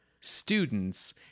students